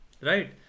right